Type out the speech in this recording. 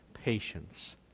Patience